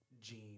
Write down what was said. gene